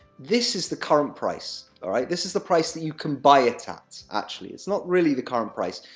this is the current price, all right this is the price that you can buy it at. actually, it's not really the current price,